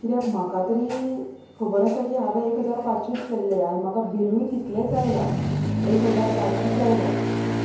कित्याक म्हाका तरी खबर आसा की हांवें एक हजार पांचशींच केल्ले आनी म्हाका बिलूय तितलेंच आयलां एक हजार पांचशींच आयलां